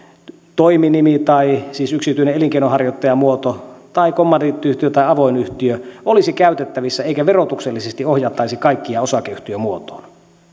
toiminimi siis yksityinen elinkeinonharjoittajamuoto tai kommandiittiyhtiö tai avoin yhtiö olisivat käytettävissä eikä verotuksellisesti ohjattaisi kaikkia osakeyhtiömuotoon